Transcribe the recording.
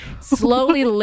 slowly